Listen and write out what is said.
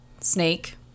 snake